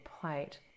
plate